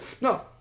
no